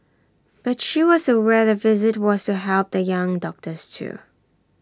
but she was aware the visit was to help the young doctors too